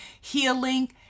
healing